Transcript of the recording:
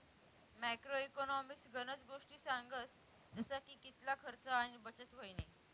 macro economics गनज गोष्टी सांगस जसा की कितला खर्च आणि बचत व्हयनी